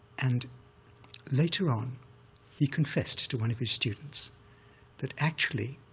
and later on he confessed to one of his students that, actually,